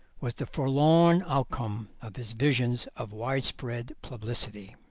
was the forlorn outcome of his visions of widespread publicity.